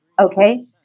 okay